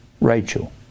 Rachel